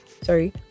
sorry